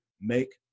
make